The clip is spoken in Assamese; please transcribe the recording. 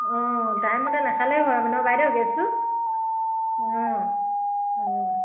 অঁ টাইমমতে নাখালেই হয় মানে বাইদেউ গেছটো অঁ অঁ